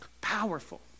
Powerful